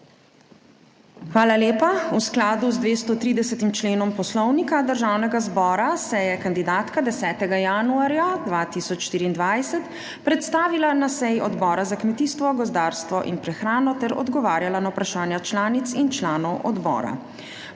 Hvala lepa. V skladu z 230. členom Poslovnika Državnega zbora se je kandidatka 10. januarja 2024 predstavila na seji Odbora za kmetijstvo, gozdarstvo in prehrano ter odgovarjala na vprašanja članic in članov odbora.